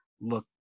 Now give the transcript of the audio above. look